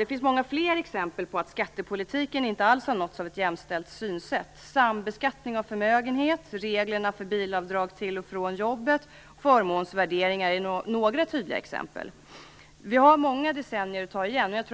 Det finns många fler exempel på att skattepolitiken inte alls har nåtts av ett jämställt synsätt. Sambeskattning av förmögenhet, reglerna för bilavdrag till och från jobbet och förmånsvärderingar är några tydliga exempel. Vi har många decennier att ta igen.